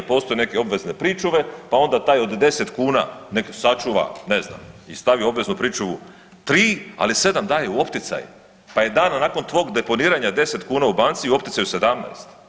Postoje neke obvezne pričuva pa onda taj od 10 kuna nek sačuva ne znam i stavi u obveznu pričuvu tri, ali sedam daje u opticaj pa je dan nakon tvog deponiranja 10 kuna u banci u opticaju 17.